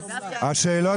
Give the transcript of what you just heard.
ואסור,